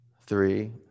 three